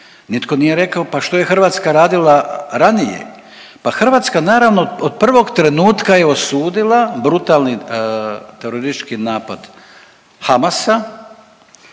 Nitko nije rekao pa što je Hrvatska radila ranije. Pa Hrvatska naravno od prvog trenutka je osudila brutalni teroristički napad Hamasa